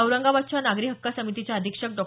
औरंगाबादच्या नागरी हक्क समितीच्या अधीक्षक डॉ